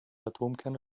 atomkerne